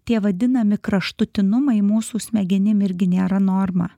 tie vadinami kraštutinumai mūsų smegenim irgi nėra norma